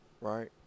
right